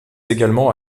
également